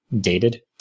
dated